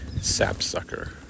sapsucker